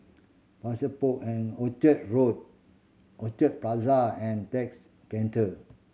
Port and Orchard Road Orchard Plaza and Text Centre